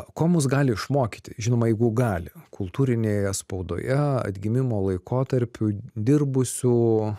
ko mus gali išmokyti žinoma jeigu gali kultūrinėje spaudoje atgimimo laikotarpiu dirbusių